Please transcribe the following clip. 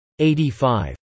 85